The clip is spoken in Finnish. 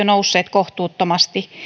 nousseet kohtuuttomasti